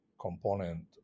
component